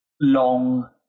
Long